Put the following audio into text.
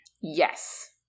Yes